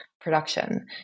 production